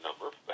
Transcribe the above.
number